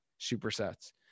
supersets